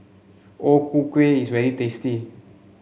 O Ku Kueh is very tasty